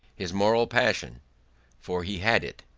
his moral passion for he had it,